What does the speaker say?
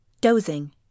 dozing